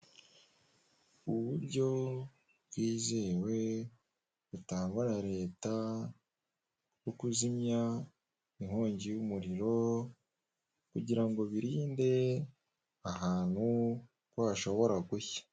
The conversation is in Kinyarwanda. Uburyo bwizewe butangwa na leta bwo kuzimya inkongi y'umuriro, kugira ngo birinde ahantu ko hashobora gushya.